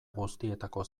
guztietako